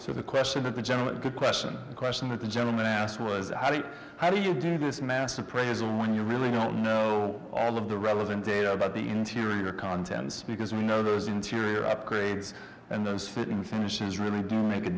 so the question of the general good question the question that the gentleman asked was i mean how do you do this mass appraisal when you really don't know all of the relevant data about the interior contents because we know those interior upgrades and those fitting finishes really do make a